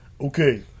Okay